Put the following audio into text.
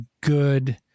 good